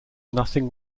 nothing